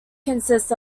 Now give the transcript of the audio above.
consists